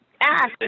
ask